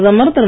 பிரதமர் திரு